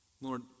Lord